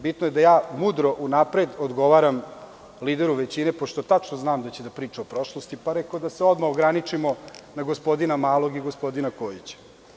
Bitno je da ja mudro unapred odgovaram lideru većine, pošto tačno znam da će da priča o prošlosti, pa rekoh da se odmah ograničimo na gospodina Malog i gospodina Kojića.